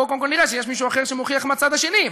בואו קודם כול נראה שיש מישהו אחר שמוכיח בצד השני,